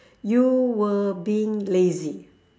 you were being lazy